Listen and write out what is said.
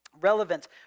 Relevance